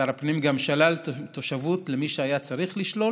שר הפנים כבר שלל תושבות למי שהיה צריך לשלול,